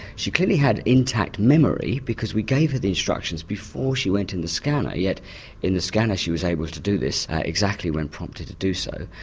she clearly had intact memory because we gave her these instructions before she went in the scanner, yet in the scanner she was able to do this exactly when prompted to do so.